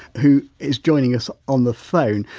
who is joining us on the phone.